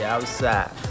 Outside